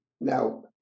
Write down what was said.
Now